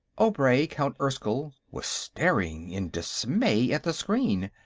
obray, count erskyll, was staring in dismay at the screen.